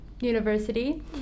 university